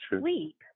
sleep